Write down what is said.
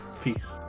Peace